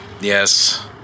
Yes